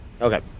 Okay